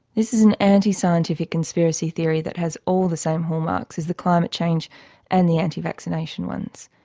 is an anti-scientific conspiracy theory that has all the same hallmarks as the climate change and the anti-vaccination ones.